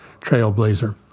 trailblazer